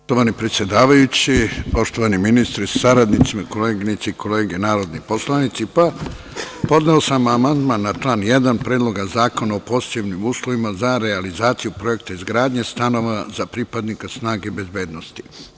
Poštovani predsedavajući, poštovani ministre sa saradnicima, koleginice i kolege narodni poslanici, podneo sam amandman na član 1. Predloga zakona o posebnim uslovima za realizaciju projekta izgradnje stanova za pripadnike snage bezbednosti.